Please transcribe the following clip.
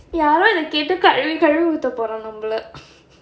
யாரோ இத கேட்டு கழுவி கழுவி ஊத்தப்போரோ நம்பல:yaaro itha kaettu kaluvi kaluvi ootthapporo nambala